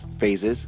phases